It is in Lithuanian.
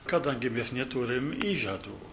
kadangi mes neturime įžadų